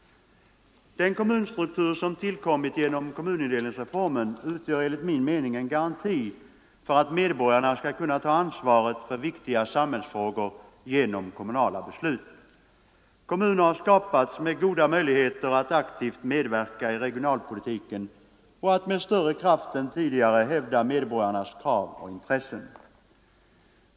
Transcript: Den kommunstruktur som tillkommit genom kommunindelningsreformen utgör enligt min mening en garanti för att medborgarna skall kunna ta ansvaret för viktiga samhällsfrågor genom kommunala beslut. Kommuner har skapats med goda möjligheter att aktivt medverka i regionalpolitiken och med större kraft än tidigare hävda medborgarnas krav och intressen.